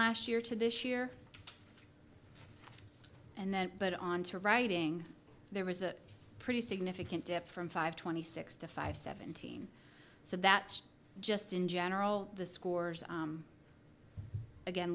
last year to this year and then but on to writing there was a pretty significant debt from five twenty six to five seventeen so that's just in general the scores again